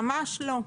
ממש לא.